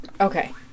Okay